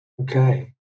Okay